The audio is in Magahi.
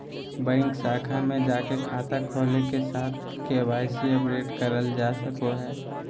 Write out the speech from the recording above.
बैंक शाखा में जाके खाता खोले के साथ के.वाई.सी अपडेट करल जा सको हय